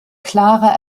klarer